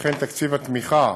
וכן תקציב התמיכה